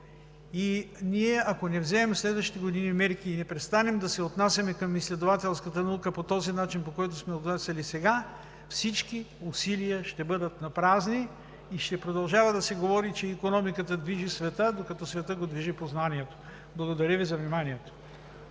ние не вземем мерки в следващите години и не престанем да се отнасяме към изследователската наука по този начин, по който се отнасяме сега, всички усилия ще бъдат напразни – ще продължава да се говори, че икономиката движи света, докато света го движи познанието. Благодаря Ви за вниманието.